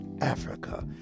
Africa